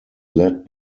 led